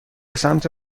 سمت